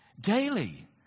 daily